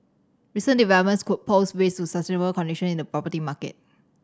recent developments could pose risks to sustainable condition in the property market